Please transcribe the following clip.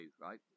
right